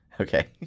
Okay